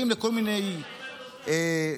באים לכל מיני מגזרים,